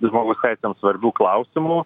žmogaus teisėms svarbių klausimų